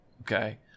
Okay